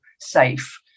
safe